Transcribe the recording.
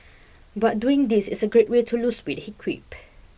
but doing this is a great way to lose weight he quipped